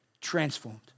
transformed